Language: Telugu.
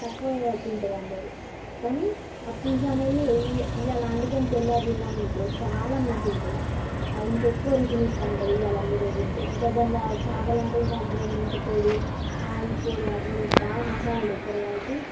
తక్కువ తింటారందరు కానీ ఆ పులుసనేది ఏ ఇవేళ వండుకోని తెల్లారి తిన్నామనుకో చాలా మంచిగుంటుంది అదింక ఎక్కువ రుచినిస్తూ ఉంటుంది ఇవేళ కానీ రేపు తింటే ఇంక దానిలో చేపలంటే ఇక అందులో మెంతు పొడి ఈ పొడి ఆ పొడి బాగా మసాలాలు వేస్తారు కాబట్టి